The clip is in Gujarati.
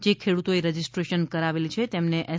જે ખેડૂતોએ રજિસ્ટ્રેશન કરાવેલ છે તેમને એસ